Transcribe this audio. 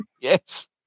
Yes